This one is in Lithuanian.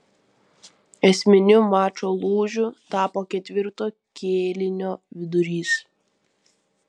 esminiu mačo lūžiu tapo ketvirto kėlinio vidurys